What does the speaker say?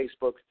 Facebook